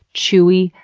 chewy,